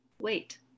Wait